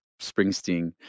Springsteen